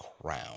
crown